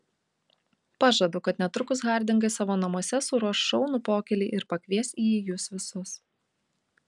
pažadu kad netrukus hardingai savo namuose suruoš šaunų pokylį ir pakvies į jį jus visus